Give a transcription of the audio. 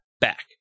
back